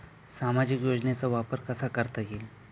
सामाजिक योजनेचा वापर कसा करता येईल?